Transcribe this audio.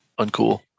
uncool